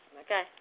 okay